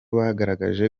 bagerageje